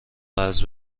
قرض